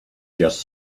just